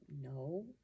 No